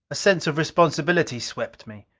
a sense of responsibility swept me.